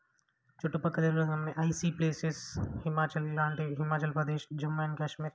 చుట్టుపక్కల ఉన్న icy places Himachal లాంటివి హిమాచల్ ప్రదేశ్ జమ్మూ అండ్ కాశ్మీర్